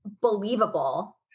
believable